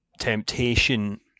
temptation